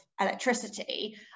electricity